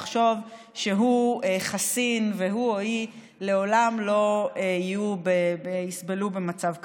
לחשוב שהוא חסין והוא או היא לעולם לא יסבלו במצב כזה.